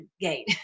gate